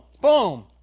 Boom